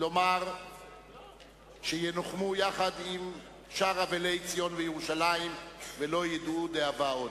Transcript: לומר שינוחמו עם שאר אבלי ציון וירושלים ולא ידעו דאבה עוד.